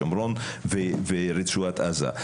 שומרון ורצועת עזה.